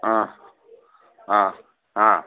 ಹಾಂ ಹಾಂ ಹಾಂ